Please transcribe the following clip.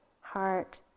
heart